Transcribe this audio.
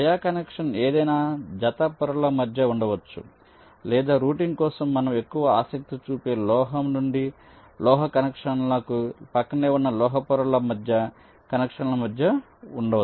via connection ఏదైనా జత పొరల మధ్య ఉండవచ్చు లేదా రౌటింగ్ కోసం మనము ఎక్కువ ఆసక్తి చూపే లోహం నుండి లోహ కనెక్షనకు ప్రక్కనే ఉన్న లోహ పొరల మధ్య కనెక్షన్ల మధ్య ఉంటుంది